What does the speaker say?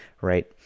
right